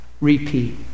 Repeat